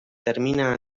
termina